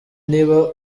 niba